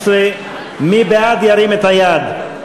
58 מתנגדים, אין נמנעים.